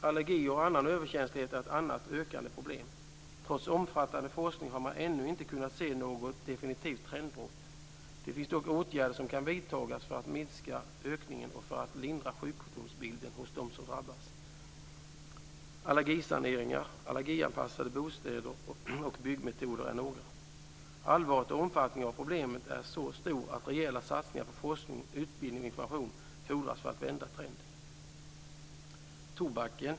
Allergier och annan överkänslighet är ett annat ökande problem. Trots omfattande forskning har man ännu inte kunnat se något definitivt trendbrott. Det finns dock åtgärder som kan vidtas för att minska ökningen och för att lindra sjukdomsbilden hos dem som drabbats. Allergisaneringar, allergianpassade bostäder och byggmetoder är några. Allvaret i och omfattningen av problemet är så stora att rejäla satsningar på forskning, utbildning och information fordras för att vända trenden.